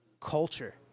culture